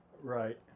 right